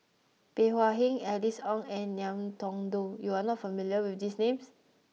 Bey Hua Heng Alice Ong and Ngiam Tong Dow you are not familiar with these names